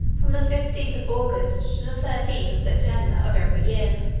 from the fifteenth of august to the thirteenth of september, of every year.